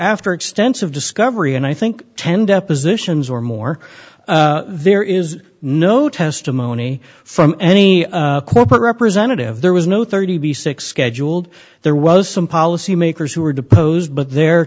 after extensive discovery and i think ten depositions or more there is no testimony from any corporate representative there was no thirty b six scheduled there was some policymakers who were to pose but their